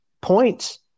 points –